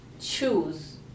choose